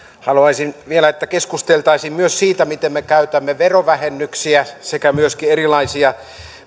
haluaisin vielä että keskusteltaisiin myös siitä miten me käytämme verovähennyksiä sekä myöskin erilaisia